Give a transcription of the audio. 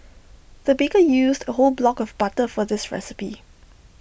the baker used A whole block of butter for this recipe